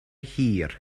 hir